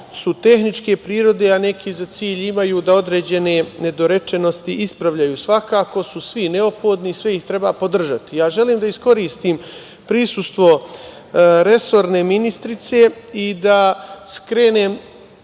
su tehničke prirode, a neki za cilj imaju da određene nedorečenosti ispravljaju. Svakako su svi neophodni, sve ih treba podržati. Želim da iskoristim prisustvo resorne ministrice i da skrenem